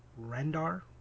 Rendar